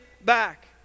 back